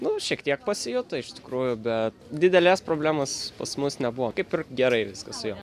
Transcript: nu šiek tiek pasijuto iš tikrųjų bet didelės problemos pas mus nebuvo kaip gerai viskas jo